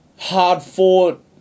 hard-fought